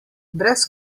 brez